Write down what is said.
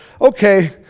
Okay